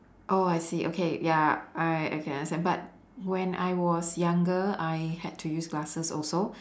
oh I see okay ya I I can understand but when I was younger I had to use glasses also